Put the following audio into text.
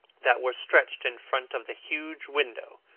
that were stretched in front of the huge window,